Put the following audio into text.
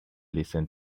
listen